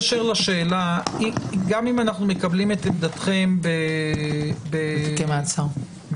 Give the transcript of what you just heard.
גם אם אנו מקבלים את עמדתכם בתיקי מעצר,